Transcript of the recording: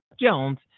Jones